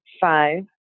Five